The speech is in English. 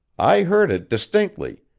i heard it distinctly,